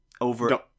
over